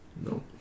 No